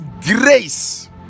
grace